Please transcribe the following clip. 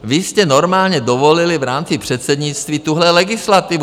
Vy jste normálně dovolili v rámci předsednictví tuhle legislativu.